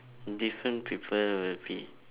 different people will be